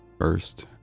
first